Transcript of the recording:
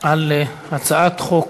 על הצעת חוק